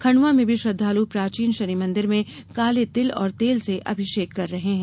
खंडवा में भी श्रद्वालु प्राचीन शनि मंदिर में काले तिल और तेल से अभिषेक कर रहे हैं